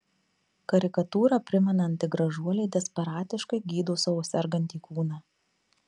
karikatūrą primenanti gražuolė desperatiškai gydo savo sergantį kūną